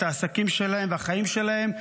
את העסקים שלהם ואת החיים שלהם.